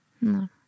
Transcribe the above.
No